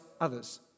others